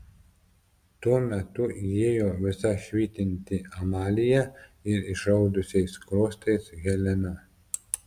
tuo metu įėjo visa švytinti amalija ir išraudusiais skruostais helena